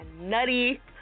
nutty